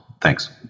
Thanks